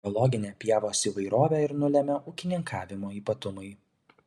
biologinę pievos įvairovę ir nulemia ūkininkavimo ypatumai